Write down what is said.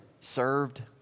served